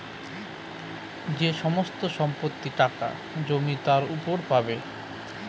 যে সমস্ত সম্পত্তি, টাকা, জমি তার উপর পাবো